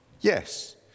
Yes